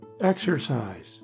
Exercise